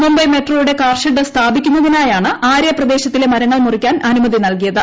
മുംബൈ മെട്രോയുടെ car shed സ്ഥാപിക്കുന്നതിനായാണ് ആരെ പ്രദേശത്തിലെ മരങ്ങൾ മുറിക്കാൻ അനുമതി നല്കിയത്